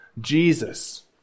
Jesus